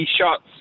shots